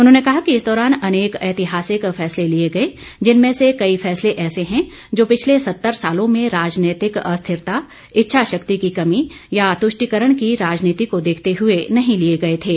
उन्होंने कहा कि इस दौरान अनेक ऐतिहासिक फैसले लिए गए जिनमें से कई फैसले ऐसे हैं जो पिछले सत्तर सालों में राजनैतिक अस्थितरता इच्छा शक्ति की कमी या तुष्टिकरण की राजनीति को देखते हए नहीं लिए गए थे